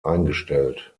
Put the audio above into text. eingestellt